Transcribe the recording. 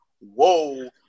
Whoa